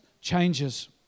changes